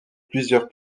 plusieurs